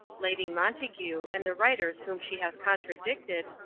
lady montague, and the writers whom she has contradicted,